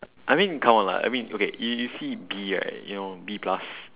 I mean come on lah I mean okay you see B right you know B plus